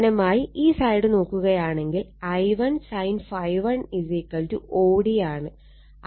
സമാനമായി ഈ സൈഡ് നോക്കുകയാണെങ്കിൽ I1 sin∅1 OD ആണ്